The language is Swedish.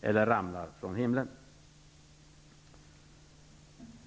eller ramlar från himlen.